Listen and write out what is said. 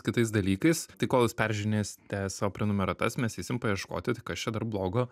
kitais dalykais tai kol jis peržiūrinėsite savo prenumeratas mes eisim paieškoti kas čia dar blogo